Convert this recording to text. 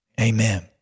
amen